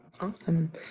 Awesome